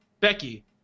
Becky